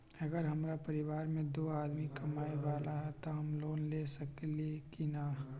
अगर हमरा परिवार में दो आदमी कमाये वाला है त हम लोन ले सकेली की न?